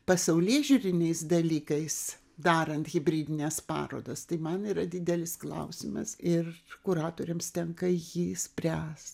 pasaulėžiūriniais dalykais darant hibridines parodas tai man yra didelis klausimas ir kuratoriams tenka jį spręst